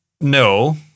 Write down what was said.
no